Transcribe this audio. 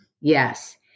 Yes